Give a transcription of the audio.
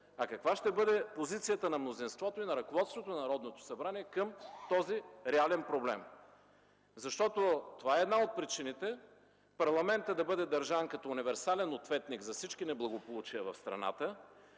а каква ще бъде позицията на мнозинството и на ръководството на Народното събрание към този реален проблем. Защото това е една от причините парламентът да бъде държан като универсален ответник за всички неблагополучия в страната